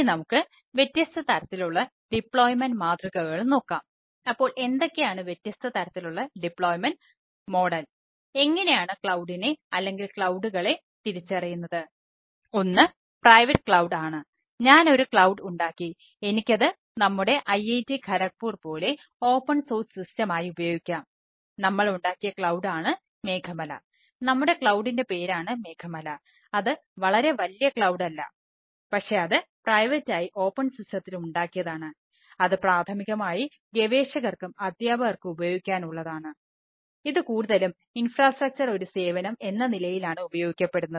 ഇനി നമുക്ക് വ്യത്യസ്ത തരത്തിലുള്ള ഡിപ്ലോയ്മെൻറ് ഒരു സേവനം എന്ന നിലയിലാണ് ഉപയോഗിക്കപ്പെടുന്നത്